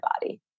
body